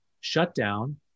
shutdown